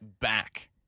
back